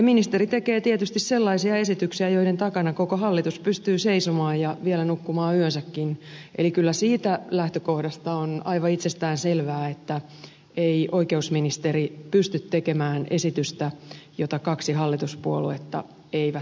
ministeri tekee tietysti sellaisia esityksiä joiden takana koko hallitus pystyy seisomaan ja vielä nukkumaan yönsäkin eli kyllä siitä lähtökohdasta on aivan itsestäänselvää että ei oikeusministeri pysty tekemään esitystä jota kaksi hallituspuoluetta eivät tue